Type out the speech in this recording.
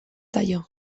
zaio